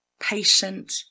patient